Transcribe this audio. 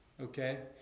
Okay